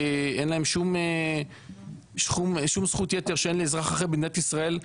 אין להם שום זכות יתר שאין לאזרח אחר במדינת ישראל.